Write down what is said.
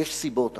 יש סיבות עמוקות,